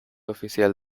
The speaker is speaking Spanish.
oficial